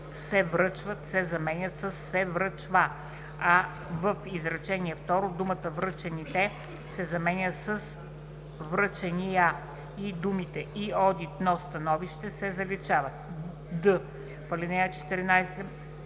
„се връчват“ се заменят със „се връчва“, а в изречение второ думата „връчените“ се заменя с „връчения“ и думите „и одитно становище“ се заличават; д) в ал. 14,